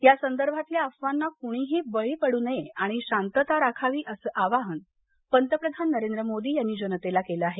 या संदर्भातल्या अफवांना कुणीही बळी पडू नये आणि शांतता राखावी असं आवाहन पंतप्रधान नरेंद्र मोदी यांनी जनतेला केलं आहे